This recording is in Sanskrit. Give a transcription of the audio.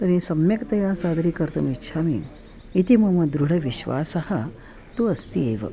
तर्हि सम्यक्तया सादरीकर्तुम् इच्छामि इति मम दृढविश्वासः तु अस्ति एव